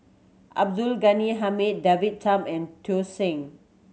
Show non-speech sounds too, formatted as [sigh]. Abdul Ghani Hamid David Tham and Tsung [unintelligible]